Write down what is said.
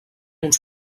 uns